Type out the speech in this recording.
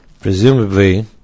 Presumably